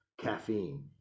caffeine